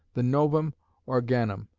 the novum organum,